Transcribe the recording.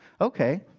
Okay